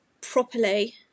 properly